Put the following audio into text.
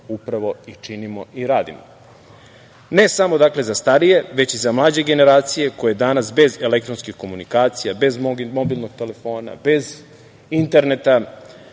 upravo i činimo i radimo. Dakle, ne samo za starije, već i za mlađe generacije koje danas bez elektronskih komunikacija, bez mobilnog telefona, bez interneta,